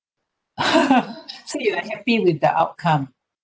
so you are happy with the outcome